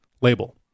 label